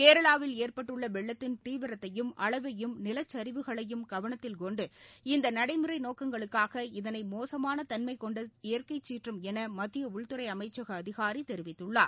கேரளாவில் ஏற்பட்டுள்ள வெள்ளத்தின் தீவிரத்தையும் அளவையும் நிலச்சரிவுகளையும் கவனத்தில் கொண்டு அனைத்து நடைமுறை நோக்கங்களுக்காக இதனை மோசமான தன்மைக் கொண்ட இயற்கை சீற்றம் என மத்திய உள்துறை அமைச்சக அதிகாரி தெரிவித்துள்ளார்